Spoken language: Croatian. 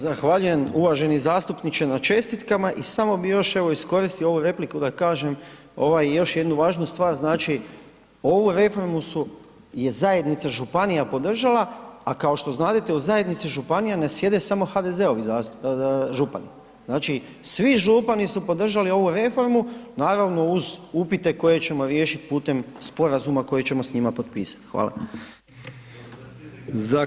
Zahvaljujem uvaženi zastupniče na čestitkama i samo bi još evo iskoristio ovu repliku da kažem još jednu važnu stvar, znači ovu reformu je zajednica županija podržala a kao što znadete u zajednici županija ne sjede samo HDZ-ovi župani, znači svi župani su podržali ovu reformu, naravno uz upite koje ćemo riješiti putem sporazuma koji ćemo s njima potpisati, hvala.